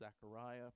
Zechariah